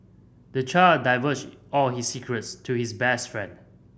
the child divulged all his secrets to his best friend